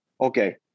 okay